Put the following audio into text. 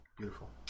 beautiful